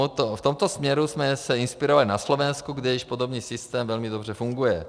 V tomto směru jsme se inspirovali na Slovensku, kde již podobný systém velmi dobře funguje.